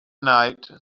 night